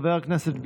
חבר הכנסת ביטון,